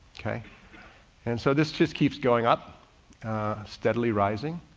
okay. and so this just keeps going up steadily rising.